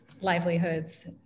livelihoods